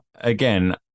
again